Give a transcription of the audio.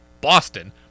Boston